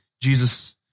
Jesus